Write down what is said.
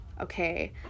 okay